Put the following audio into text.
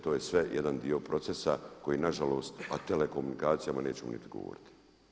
To je sve jedan dio procesa koji nažalost, a o telekomunikacijama nećemo ni govoriti.